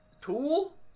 Tool